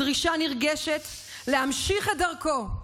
בדרישה נרגשת להמשיך את דרכו,